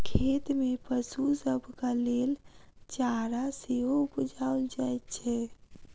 खेत मे पशु सभक लेल चारा सेहो उपजाओल जाइत छै